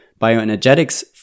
bioenergetics